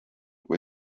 kui